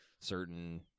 certain